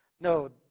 no